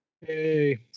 Hey